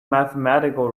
mathematical